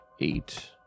eight